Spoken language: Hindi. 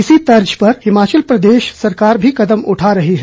इसी तर्ज पर हिमाचल प्रदेश सरकार भी कदम उठा रही है